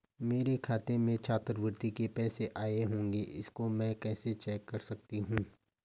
मेरे खाते में छात्रवृत्ति के पैसे आए होंगे इसको मैं कैसे चेक कर सकती हूँ?